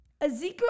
Ezekiel